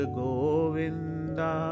govinda